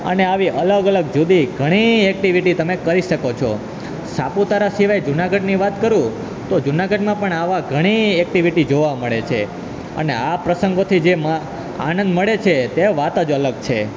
અને આવી અલગ અલગ જુદી ઘણી એક્ટીવીટી તમે કરી શકો છો સાપુતારા સિવાય જૂનાગઢની વાત કરું તો જૂનાગઢમાં પણ આવા ઘણી એક્ટીવીટી જોવા મળે છે અને આ પ્રસંગોથી જેમાં આનંદ મળે છે તે વાત જ અલગ છે